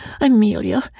Amelia